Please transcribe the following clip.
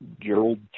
Gerald